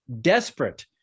desperate